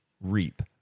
reap